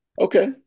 Okay